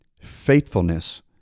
faithfulness